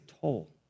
toll